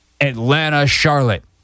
Atlanta-Charlotte